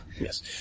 Yes